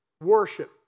Worship